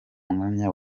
mwanya